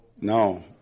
No